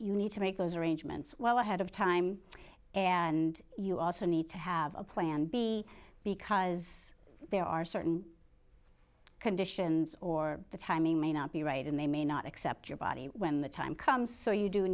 you need to make those arrangements well ahead of time and you also need to have a plan b because there are certain conditions or the timing may not be right and they may not accept your body when the time comes so you do